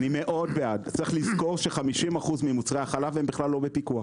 צריך לזכור ש-50% ממוצרי החלב הם בכלל לא בפיקוח.